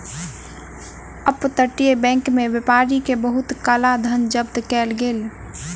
up तटीय bank में व्यापारी के बहुत काला धन जब्त कएल गेल